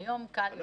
היום קל יותר.